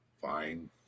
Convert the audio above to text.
Fine